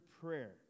prayer